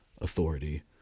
authority